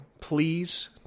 please